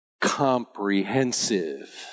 comprehensive